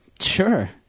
sure